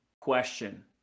question